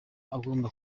agomba